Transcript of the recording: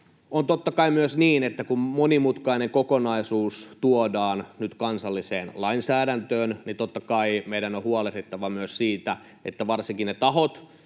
on totta kai myös niin, että kun monimutkainen kokonaisuus tuodaan nyt kansalliseen lainsäädäntöön, niin totta kai meidän on huolehdittava myös siitä, että varsinkin ne tahot,